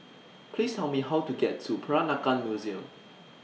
Please Tell Me How to get to Peranakan Museum